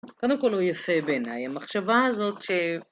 קודם כל הוא יפה בעיניי, המחשבה הזאת ש...